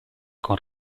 con